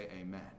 amen